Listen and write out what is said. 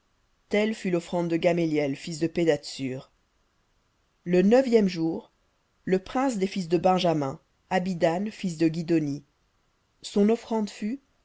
telle fut l'offrande de gameliel fils de pedahtsur le neuvième jour le prince des fils de benjamin abidan fils de hélon son offrande fut